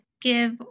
give